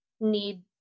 need